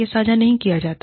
यह साझा नहीं किया जाता